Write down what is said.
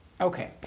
Okay